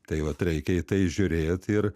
tai vat reikia į tai žiūrėt ir